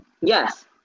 Yes